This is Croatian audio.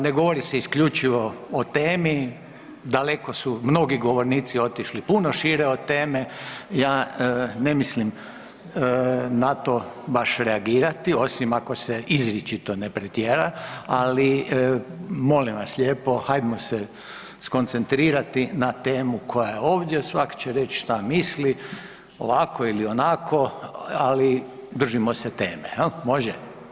Ne govori se isključivo o temi, daleko su mnogi govornici otišli puno šire od teme, ja ne mislim na to baš reagirati, osim ako se izričito ne pretjera, ali molim vas lijepo, hajdmo se skoncentrirati na temu koja je ovdje, svak' će reć šta misli, ovako ili onako, ali držimo se teme, može?